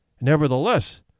Nevertheless